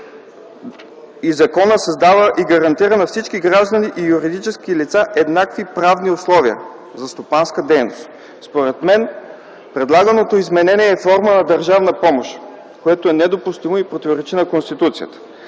„Законът създава и гарантира на всички граждани и юридически лица еднакви правни условия за стопанска дейност”. Според мен предлаганото изменение е форма на държавна помощ, което е недопустимо и противоречи на Конституцията.